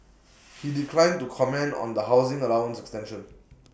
he declined to comment on the housing allowance extension